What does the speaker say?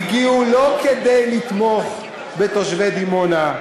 הגיעו לא כדי לתמוך בתושבי דימונה,